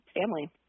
family